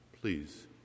Please